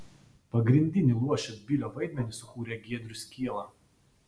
pagrindinį luošio bilio vaidmenį sukūrė giedrius kiela